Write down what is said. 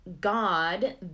God